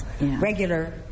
regular